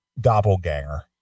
doppelganger